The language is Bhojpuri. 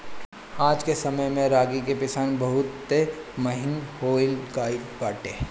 आजके समय में रागी के पिसान बहुते महंग हो गइल बाटे